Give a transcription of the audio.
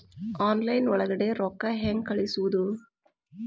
Online ಒಳಗಡೆ ರೊಕ್ಕ ಹೆಂಗ್ ಕಳುಹಿಸುವುದು?